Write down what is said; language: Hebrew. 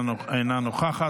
אינה נוכחת.